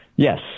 Yes